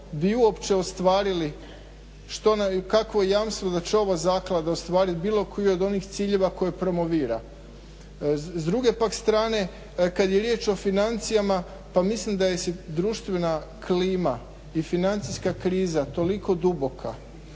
bi uopće ostvarili, kakvo je jamstvo da će ova zaklada ostvariti bilo koji od onih ciljeva koji promovira. S druge pak strane kada je riječ o financijama, pa mislim da je društvena klima i financijska kriza toliko duboka